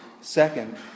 Second